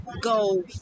go